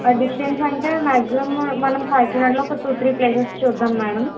distance అంటే maximum మనం కాకినాడలో ఒక టూ త్రీ ప్లేసెస్ చూద్దాము మేడం